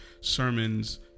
sermons